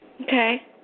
Okay